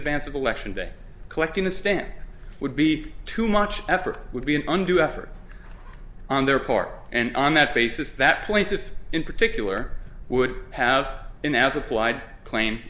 advance of election day collecting the stamp would be too much effort would be an undue effort on their part and on that basis that plaintiff in particular would have been as applied claim